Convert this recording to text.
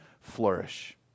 flourish